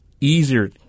easier